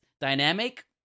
dynamic